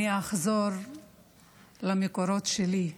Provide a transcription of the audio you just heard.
אני אחזור למקורות שלי,